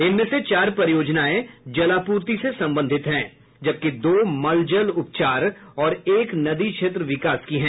इनमें से चार परियोजनाएं जलापूर्ति से संबंधित हैं जबकि दो मलजल उपचार और एक नदी क्षेत्र विकास की है